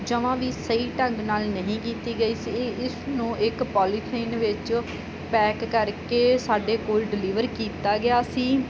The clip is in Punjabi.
ਜਮ੍ਹਾਂ ਵੀ ਸਹੀ ਢੰਗ ਨਾਲ ਨਹੀਂ ਕੀਤੀ ਗਈ ਸੀ ਇਸ ਨੂੰ ਇੱਕ ਪੋਲੀਥੀਨ ਵਿੱਚ ਪੈਕ ਕਰਕੇ ਸਾਡੇ ਕੋਲ ਡਿਲੀਵਰ ਕੀਤਾ ਗਿਆ ਸੀ